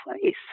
place